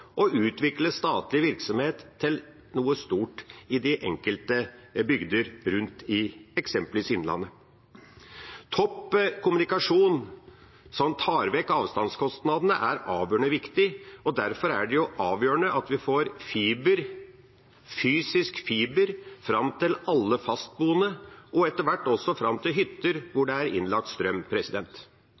og utvikle statlig virksomhet til noe stort i de enkelte bygder rundt i eksempelvis Innlandet. Topp kommunikasjon som tar vekk avstandskostnadene, er avgjørende viktig. Derfor er det avgjørende at vi får fiber, fysisk fiber, fram til alle fastboende, og etter hvert også fram til hytter hvor det er innlagt strøm.